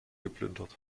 geplündert